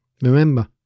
Remember